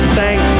thank